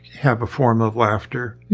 have a form of laughter.